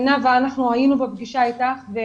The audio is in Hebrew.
אנחנו היינו בפגישה עם נאוה כהן אביגדור